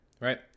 Right